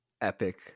epic